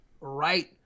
right